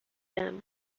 them